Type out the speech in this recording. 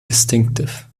distinctive